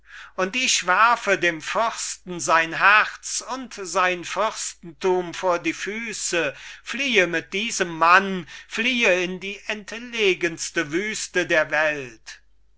und ich werfe dem fürsten sein herz und sein fürstenthum vor die füße fliehe mit diesem mann fliehe in die entlegenste wüste der welt sophie